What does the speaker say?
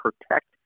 protect